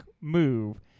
move